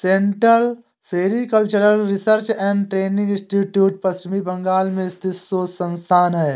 central sericultural research and training institute Paschim Bangal में स्थित शोध संस्थान है